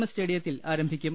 S സ്റ്റേഡിയത്തിൽ ആരംഭിക്കും